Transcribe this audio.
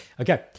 Okay